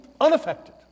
unaffected